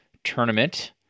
tournament